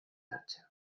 hartzea